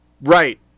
Right